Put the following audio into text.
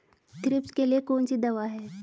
Thrips के लिए कौन सी दवा है?